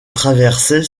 traversait